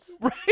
Right